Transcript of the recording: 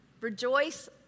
Rejoice